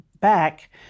back